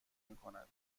میکند